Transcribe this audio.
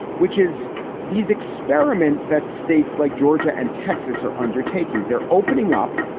which is these experiments that states like georgia and texas are undertaking. they're opening up.